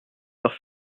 leur